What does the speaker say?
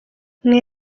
mwe